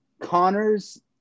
Connors